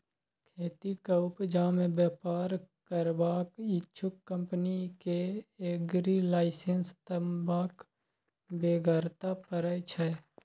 खेतीक उपजा मे बेपार करबाक इच्छुक कंपनी केँ एग्री लाइसेंस लेबाक बेगरता परय छै